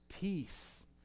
Peace